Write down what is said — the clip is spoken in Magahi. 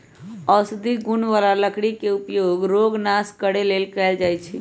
औषधि गुण बला लकड़ी के उपयोग रोग नाश करे लेल कएल जाइ छइ